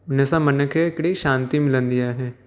हिनसां मन खे हिकिड़ी शांती मिलंदी आहे